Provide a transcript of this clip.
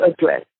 address